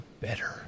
Better